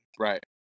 Right